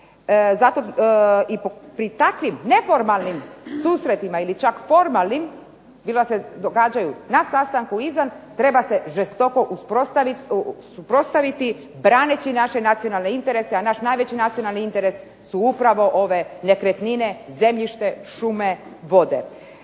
mogu. Pri takvim neformalnim susretima ili čak formalnim, bilo da se događaju na sastanku, izvan, treba se žestoko suprotstaviti braneći naše nacionalne interese, a naš najveći nacionalni interes su upravo ove nekretnine, zemljište, šume, vode.